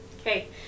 okay